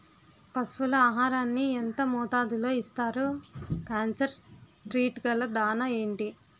పశువుల ఆహారాన్ని యెంత మోతాదులో ఇస్తారు? కాన్సన్ ట్రీట్ గల దాణ ఏంటి?